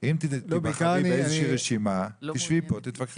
אם תיבחרי באיזושהי רשימה, תשבי פה ותתווכחי.